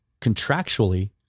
contractually